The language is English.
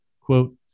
quote